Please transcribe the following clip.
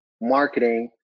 marketing